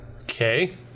Okay